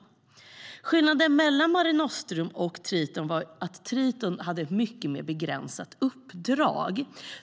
Skillnaden mellan Mare Nostrum och Triton är att Triton hade ett mycket mer begränsat uppdrag.